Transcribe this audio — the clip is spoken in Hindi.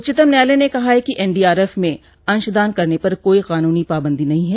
उच्चतम न्यायालय ने कहा कि एनडीआरएफ में अंशदान करने पर कोई कानूनी पाबंदी नहीं है